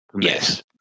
Yes